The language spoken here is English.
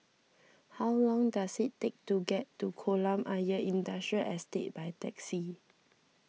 how long does it take to get to Kolam Ayer Industrial Estate by taxi